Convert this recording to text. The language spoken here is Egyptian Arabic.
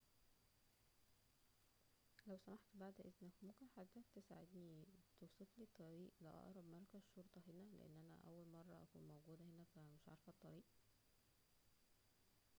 لو سمحت بعد اذنك ممكن حضرتك تساعدنى ممكن حضرتك توصفلى الطريق لاقرب مركز شرطة هنا لان انا اول مرة اكون موجودة هنا فا مش عارفة الطريق